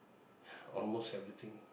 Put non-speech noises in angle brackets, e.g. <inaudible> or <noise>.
<breath> almost everything